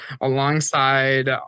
alongside